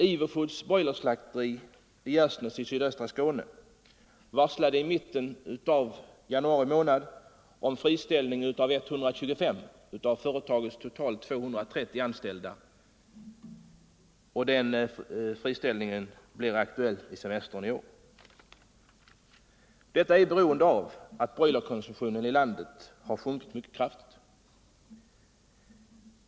Ivo Foods broilerslakteri i Gärsnäs i sydöstra Skåne varslade i mitten av januari månad om friställande av 125 av företagets totalt 230 anställda. Den friställningen blir aktuell vid semestern i år. Varslet om friställning beror på att broilerkonsumtionen i landet har sjunkit mycket kraftigt.